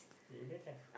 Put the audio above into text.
you don't have